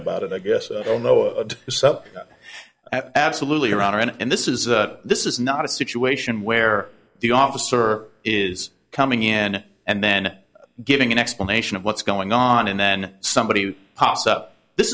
about it i guess i don't know and so absolutely around and this is a this is not a situation where the officer is coming in and then giving an explanation of what's going on and then somebody pops up this